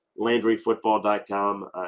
LandryFootball.com